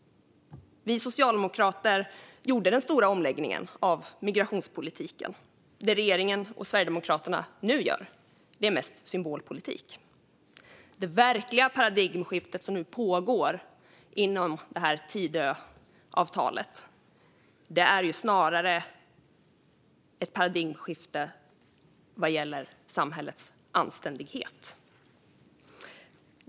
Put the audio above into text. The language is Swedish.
Vi socialdemokrater gjorde den stora omläggningen av migrationspolitiken. Det regeringen och Sverigedemokraterna nu gör är mest symbolpolitik. Det verkliga paradigmskifte som nu pågår inom ramen för Tidöavtalet är snarare ett paradigmskifte vad gäller samhällets anständighet.